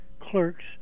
clerks